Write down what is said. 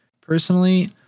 personally